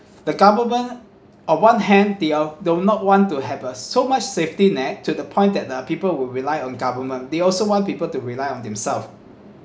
the government on one hand they uh do not want to have a so much safety net to the point that the people will rely on government they also want people to rely on themselves